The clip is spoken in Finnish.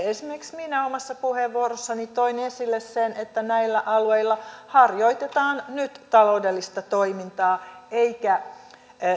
esimerkiksi minä omassa puheenvuorossani toin esille sen että näillä alueilla harjoitetaan nyt taloudellista toimintaa eikä